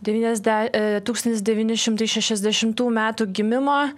devyniasde tūkstantis devyni šimtai šešiasdešimtų metų gimimo